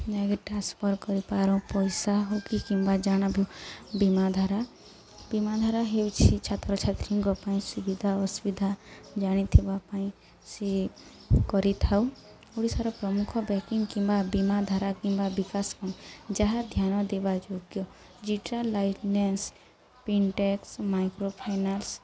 ଯାଇକେ transfer କରିପାରୁଁ ପଇସା ହଉ କି କିମ୍ବା ଜାଣା ବୀମାଧାରା ବୀମାଧାରା ହେଉଛି ଛାତ୍ରଛାତ୍ରୀଙ୍କ ପାଇଁ ସୁବିଧା ଅସୁବିଧା ଜାଣିଥିବା ପାଇଁ ସିଏ କରିଥାଉ ଓଡ଼ିଶାର ପ୍ରମୁଖ ବ୍ୟାଙ୍କିଂ କିମ୍ବା ବୀମାଧାରା କିମ୍ବା ବିକାଶ ପାଇଁ ଯାହା ଧ୍ୟାନ ଦେବା ଯୋଗ୍ୟ ଯେଇଟା ଲାଇନେନ୍ସ ଫିନ୍ଟେକ୍ ମାଇକ୍ରୋଫାଇନାନ୍ସ